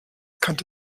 kannte